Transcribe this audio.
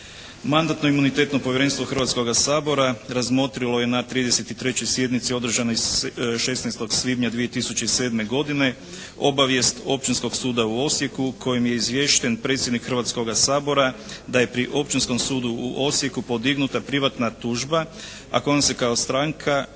Mandatno-imunitetno povjerenstvo Hrvatskoga sabora razmotrilo je na 33. sjednici održanoj 16. svibnja 2007. godine obavijest Općinskog suda u Osijeku kojim je izvješten predsjednik Hrvatskoga sabora da je pri Općinskom sudu u Osijeku podignuta privatna tužba, a kojom se kao stranka nalazi